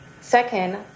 Second